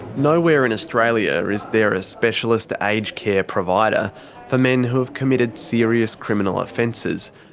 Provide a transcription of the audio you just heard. nowhere in australia, is there a specialist aged care provider for men who've committed serious criminal offences,